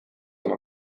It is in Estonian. oma